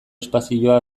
espazioa